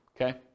Okay